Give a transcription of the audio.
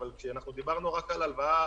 אבל כשדיברנו רק על הלוואה